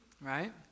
right